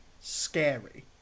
scary